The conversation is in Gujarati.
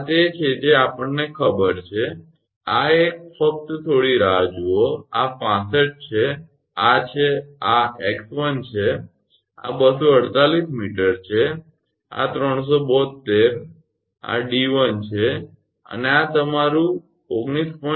આ તે છે જે આપણને ખબર છે કે આ એક ફક્ત થોડી રાહ જુઓ આ 65 આ છે આ 𝑥1 છે આ 248 𝑚 છે આ 372 આ 𝑑1 છે અને આ તમારું 19